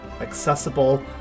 accessible